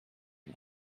mer